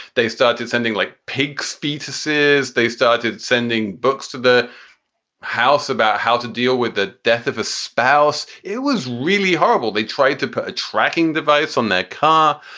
they started sending like pigs, fetuses, they started sending books to the house about how to deal with the death of a spouse. it was really horrible. they tried to put a tracking device on their car.